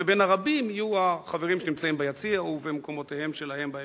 ובין הרבים יהיו החברים שנמצאים ביציע ובמקומותיהם שלהם.